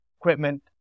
equipment